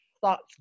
thoughts